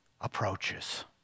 approaches